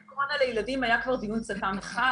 חיסוני קורונה לילדים היה כבר דיון על זה פעם אחת,